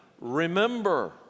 remember